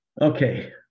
Okay